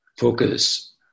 focus